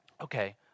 okay